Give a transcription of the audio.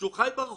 כשהוא חי ברחובות,